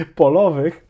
polowych